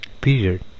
Period